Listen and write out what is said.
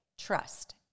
Trust